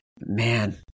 Man